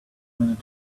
minute